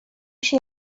się